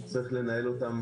יש לנהל אותם